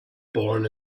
born